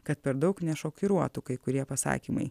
kad per daug nešokiruotų kai kurie pasakymai